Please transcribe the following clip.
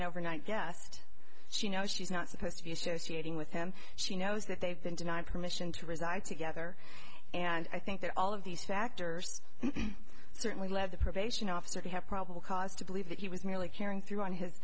an overnight guest she knows she's not supposed to be associating with him she knows that they've been denied permission to reside together and i think that all of these factors certainly lead the probation officer to have probable cause to believe that he was merely carrying through on his